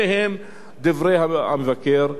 אלה הם דברי המבקר,